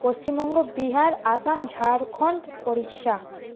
Paschimbanga Bihar Assam Jharkhand Odisha